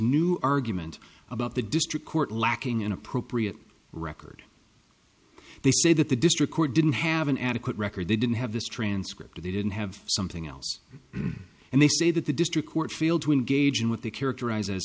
new argument about the district court lacking an appropriate record they say that the district court didn't have an adequate record they didn't have this transcript or they didn't have something else and they say that the district court failed to engage in with the characterize